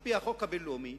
על-פי החוק הבין-לאומי,